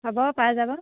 হ'ব পাই যাব